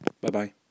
Bye-bye